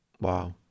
Wow